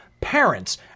parents